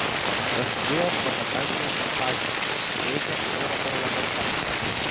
prasidėjo propagandinė kampanija teigia europarlamentaras